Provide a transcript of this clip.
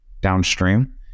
downstream